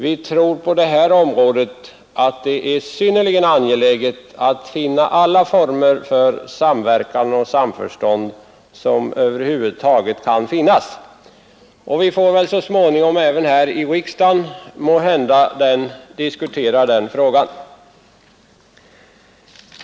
Vi tror att det är synnerligen angeläget att på detta område söka alla former för samverkan och samförstånd som över huvud taget kan finnas, och vi får kanske så småningom även här i riksdagen diskutera den frågan.